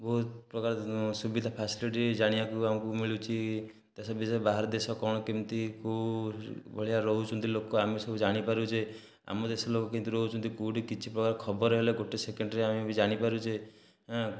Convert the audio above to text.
ବହୁତ ପ୍ରକାର ସୁବିଧା ଫାସିଲିଟି ଜାଣିବାକୁ ଆମକୁ ମିଳୁଛି ତା ସହିତ ବାହାର ଦେଶ କ'ଣ କେମିତି କେଉଁ ଭଳିଆ ରହୁଛନ୍ତି ଲୋକ ଆମେ ସବୁ ଜାଣିପାରୁଛେ ଆମ ଦେଶର ଲୋକ କେମିତି ରହୁଛନ୍ତି କେଉଁଠି କିଛି ପ୍ରକାର ଖବର ହେଲେ ଗୋଟିଏ ସେକେଣ୍ଡରେ ଆମେ ବି ଜାଣିପାରୁଛେ